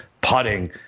putting